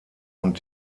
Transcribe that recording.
und